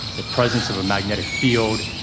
the presence of a magnetic field,